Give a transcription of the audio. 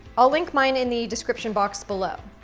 i'll link mine in the description box below.